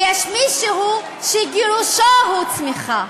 ויש מישהו שגירושו הוא צמיחה,